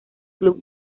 club